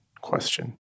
question